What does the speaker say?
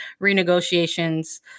renegotiations